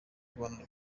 rwanda